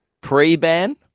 Pre-ban